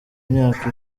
imyaka